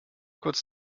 kurz